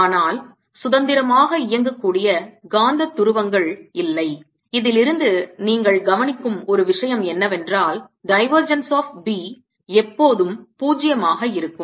ஆனால் சுதந்திரமாக இயங்கக்கூடிய காந்ததுருவங்கள் இல்லை இதிலிருந்து நீங்கள் கவனிக்கும் ஒரு விஷயம் என்னவென்றால் divergence of B எப்போதும் 0 ஆக இருக்கும்